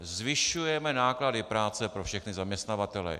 Zvyšujeme náklady práce pro všechny zaměstnavatele.